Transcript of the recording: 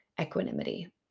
equanimity